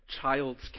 child's